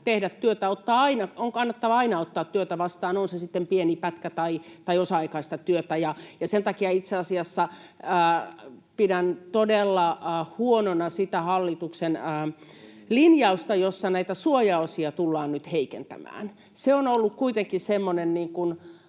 tehdä työtä, on aina kannattavaa ottaa työtä vastaan, on se sitten pieni pätkä tai osa-aikaista työtä. Sen takia itse asiassa pidän todella huonona sitä hallituksen linjausta, jossa suojaosia tullaan nyt heikentämään. Ne ovat olleet kuitenkin semmoinen